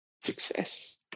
Success